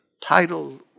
title